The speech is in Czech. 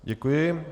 Děkuji.